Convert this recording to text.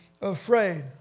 afraid